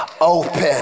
open